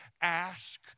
Ask